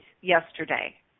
yesterday